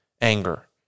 anger